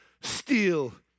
steal